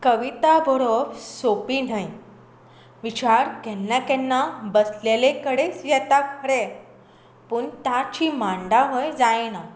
कविता बरोवप सोंपी न्हय विचार केन्ना केन्ना बसलेले कडेन येता खरें पूण ताची मांडावळ जायना